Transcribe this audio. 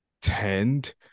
tend